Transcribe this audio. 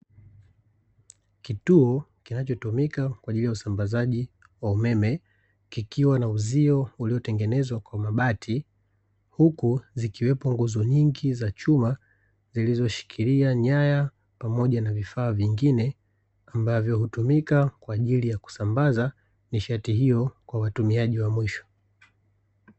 Kituo kinachotumika kwa ajili ya usambazaji wa umeme, kikiwa na uzio uliotengenezwa kwa mabati. Huku zikiwepo nguzo nyingi za chuma zilizo shikilia nyaya pamoja na vifaa vingine ambavyo utumika kwa ajili ya, kusambaza nishati hiyo kwa watumiaji wa mwisho.